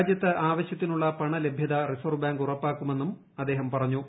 രാജ്യത്ത് ആവശ്യത്തിനുള്ള പണലഭ്യത റിസർവ് ബാങ്ക് ഉറപ്പാക്കുമെന്നും അദ്ദേഹം പറഞ്ഞു